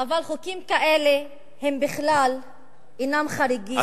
אבל חוקים כאלה הם בכלל אינם חריגים,